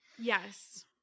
Yes